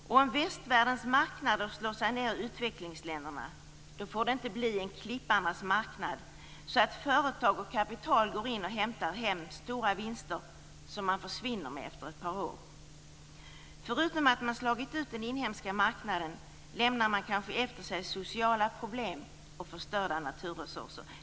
Om västvärldens marknader slår sig ned i utvecklingsländerna får det inte bli en klipparnas marknad så att företag och kapital går in och hämtar hem stora vinster som man försvinner med efter ett par år. Förutom att man har slagit ut den inhemska marknaden lämnar man kanske efter sig sociala problem och förstörda naturresurser.